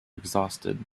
exhausted